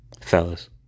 Fellas